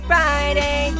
Friday